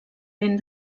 ben